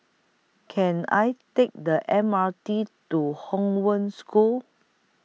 Can I Take The M R T to Hong Wen School